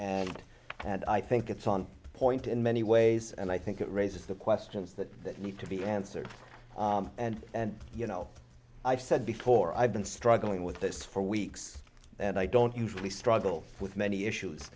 ok and i think it's on point in many ways and i think it raises the questions that need to be answered and and you know i've said before i've been struggling with this for weeks and i don't usually struggle with many issues